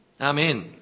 Amen